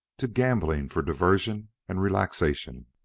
to gambling for diversion and relaxation.